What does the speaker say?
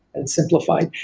and simplified.